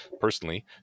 personally